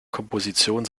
komposition